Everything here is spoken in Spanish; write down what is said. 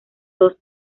dos